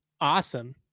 awesome